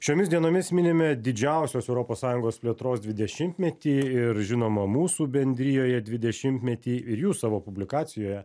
šiomis dienomis minime didžiausios europos sąjungos plėtros dvidešimtmetį ir žinoma mūsų bendrijoje dvidešimtmetį ir jūs savo publikacijoje